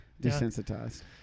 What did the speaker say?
Desensitized